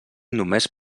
només